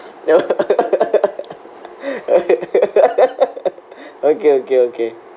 okay okay okay